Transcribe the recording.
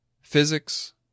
physics